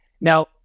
Now